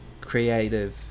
creative